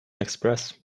express